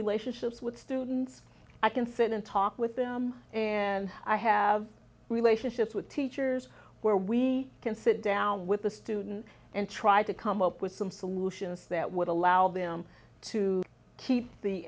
relationships with students i can sit and talk with them and i have relationships with teachers where we can sit down with the student and try to come up with some solutions that would allow them to keep the